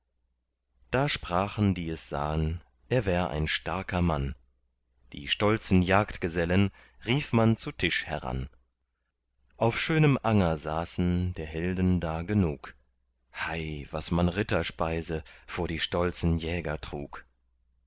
da sprachen die es sahen er wär ein starker mann die stolzen jagdgesellen rief man zu tisch heran auf schönem anger saßen der helden da genug hei was man ritterspeise vor die stolzen jäger trug